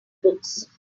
books